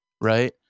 Right